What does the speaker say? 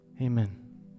Amen